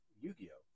Yu-Gi-Oh